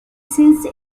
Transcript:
since